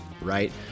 right